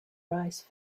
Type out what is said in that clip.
rice